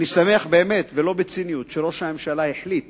שמח באמת, ולא בציניות, שראש הממשלה החליט